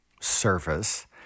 surface